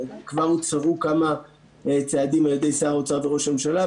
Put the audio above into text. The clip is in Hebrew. כבר הוצהרו כמה צעדים על ידי שר האוצר וראש הממשלה,